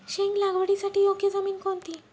शेंग लागवडीसाठी योग्य जमीन कोणती?